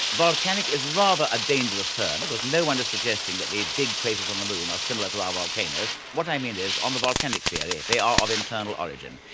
volcanic is rather a dangerous term because no-one is suggesting that the big craters on the moon are similar to our volcanoes. what i mean is, on the volcanic theory they are of internal origin.